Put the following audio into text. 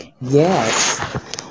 Yes